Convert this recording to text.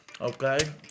Okay